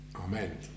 Amen